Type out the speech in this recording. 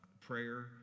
prayer